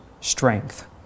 strength